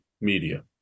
media